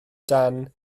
dan